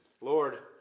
Lord